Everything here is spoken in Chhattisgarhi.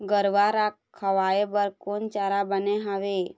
गरवा रा खवाए बर कोन चारा बने हावे?